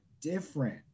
different